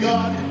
God